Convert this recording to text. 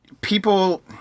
people